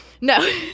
No